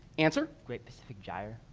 answer. great pacific gyre